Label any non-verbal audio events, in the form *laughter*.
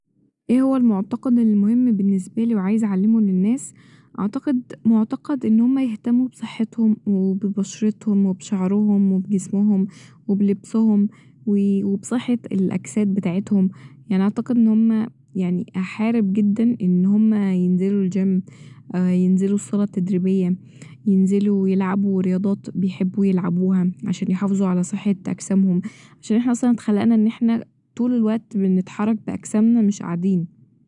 ايه هو المعتقد المهم باللنسبالي وعايزه اعلمه للناس ، أعتقد معتقد ان هم يهتمو بصحتهم وببشرتهم وبشعرهم وبجسمهم وبلبسهم وي- و بصحة الاجساد بتاعتهم يعني اعتقد ان هما يعني هحارب جدا ان هما ينزلو الجيم *hesitation* ينزلو الصالة التدريبية ينزلو يلعبو رياضات بيحبو يلعبوها عشان يحافظو على صحة اجسامهم عشان احنا اصلا اتخلقنا ان احنا طول الوقت بنتحرك باجسامنا مش قاعدين